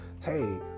hey